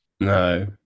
no